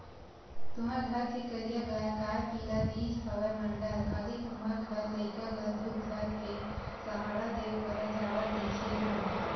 तुँहर घर के करिया गाँय काय पिला दिस हवय मंडल, काली तुँहर घर लइका ल दूद धर के सहाड़ा देव करा जावत देखे हँव?